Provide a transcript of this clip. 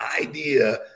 idea